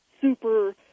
super